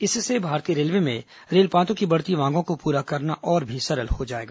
इससे भारतीय रेलवे में रेलपातों की बढ़ती मांगों को पूरा करना और भी सरल हो जाएगा